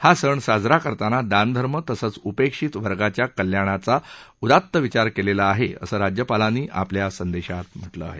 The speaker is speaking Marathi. हा सण साजरा करताना दानधर्म तसंच उपेक्षित वर्गाच्या कल्याणाचा उदात विचार केलेला आहे असं राज्यपालांनी आपल्या संदेशात म्हटलंआहे